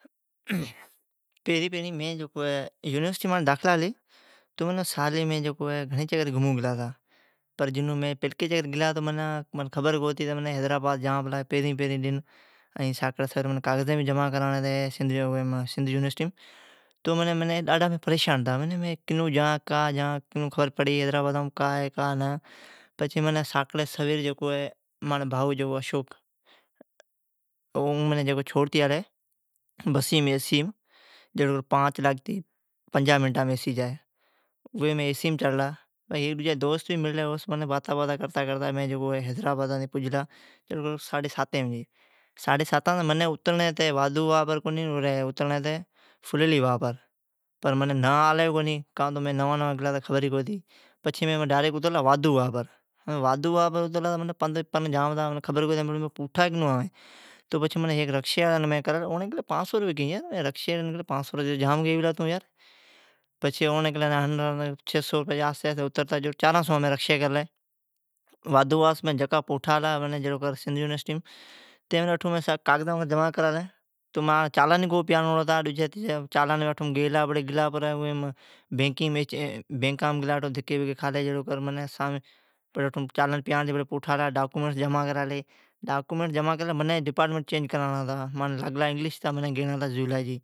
پیرین پیرین یونیسٹیم مانجی داخلا ھلی۔ ایون مین الی گھڑین چکر گلا ہین پر مین جیون گلا منین خبر کونی ھتی، ائین منین کاگزین بھی جمان کراڑین ھتین سندھ یونیسٹیم ائین مین ڈاڈھا پریشان ھتا مین کا کرین، کیون جان، کا ھوی حیدرآبادام۔ پچھی جکو مانجی بھائو ہے اشوک اون منین چھوڑتی آلی بسیم ایسیم۔ دوست مللی او بھڑا باتا کرتا کرتا پجلا حیدرآباد۔ منین اترڑین ھتی فلیلی واھ بر منین خبر کو ھتی کا تو مین نوان نوان گلا ھوین ائین مین اترلا اودھو واھ بر۔ پندھ جام ھتا منین خبر کو ھتی ھمین مین پوٹھا کیو آوین۔ پچھی مین رکاساڑین کیلی، رکساڑی کیلی مین پانچ سئو روپئی گیئین۔ مین رکساڑین کیلی یار پانچ سئو رپئی تون جھام گیئی پلا، ایون کرتا کرتا چارھان سوان مین رکشی کرلی ائی وادھو واھ سون مین پوٹھا آلا سندھ یونیسٹیم۔ ائین مانجا چالان کونی پیاڑوڑان ھتا پچھی مین گلا بینکیم دھکی کھتی چالان پیاڑلان ائین ڈاکیومینٹ جما کرالی۔ منین ڈپارٹمینٹ چینج کراڑان ھتا مانجا ھتا انگلش منین کرا ڑان ھتا یولاجی۔